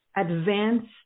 advanced